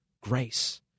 grace